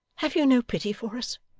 have you no pity for us?